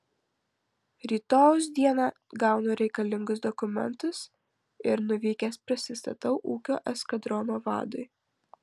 rytojaus dieną gaunu reikalingus dokumentus ir nuvykęs prisistatau ūkio eskadrono vadui